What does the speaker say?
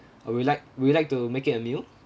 or would you like would you like to make it a meal